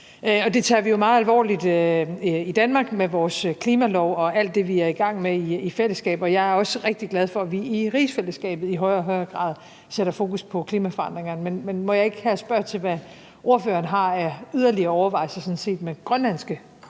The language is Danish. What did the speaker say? Det tager vi jo meget alvorligt i Danmark med vores klimalov og alt det, vi er i gang med i fællesskab, og jeg er også rigtig glad for, at vi i rigsfællesskabet i højere og højere grad sætter fokus på klimaforandringerne. Men må jeg ikke her spørge til, hvad ordføreren har af yderligere overvejelser sådan set